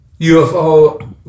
UFO